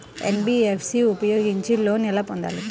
NBFC ఉపయోగించి loan ఎలా పొందాలి?